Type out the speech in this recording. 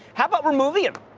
how about removing him?